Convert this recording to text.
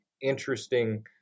interesting